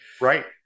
right